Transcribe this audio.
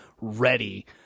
ready